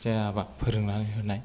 जायाबा फोरोंनानै होनाय